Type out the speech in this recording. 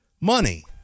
Money